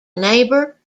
neighbour